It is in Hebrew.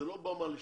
לא במה לשוויון.